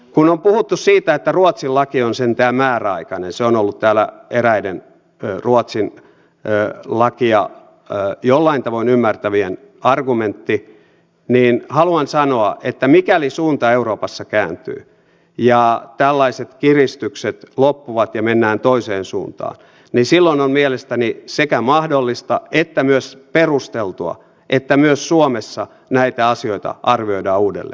kun on puhuttu siitä että ruotsin laki on sentään määräaikainen se on ollut täällä eräiden ruotsin lakia jollain tavoin ymmärtävien argumentti niin haluan sanoa että mikäli suunta euroopassa kääntyy ja tällaiset kiristykset loppuvat ja mennään toiseen suuntaan silloin on mielestäni sekä mahdollista että perusteltua että myös suomessa näitä asioita arvioidaan uudelleen